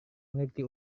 mengerti